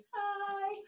hi